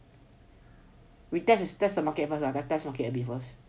we test is test the market first lah then test okay a bit first